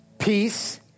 Peace